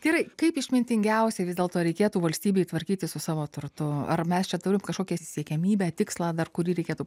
gerai kaip išmintingiausiai vis dėlto reikėtų valstybei tvarkytis su savo turtu ar mes čia turim kažkokią siekiamybę tikslą dar kurį reikėtų